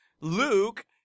luke